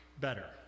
better